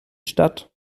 stadt